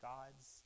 God's